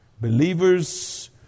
Believers